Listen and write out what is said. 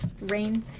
rain